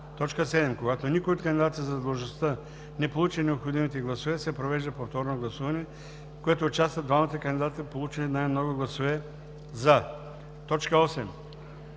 „за“. 7. Когато никой от кандидатите за длъжността не получи необходимите гласове, се провежда повторно гласуване, в което участват двамата кандидати, получили най-много гласове „за“. 8.